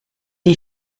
est